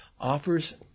offers